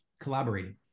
collaborating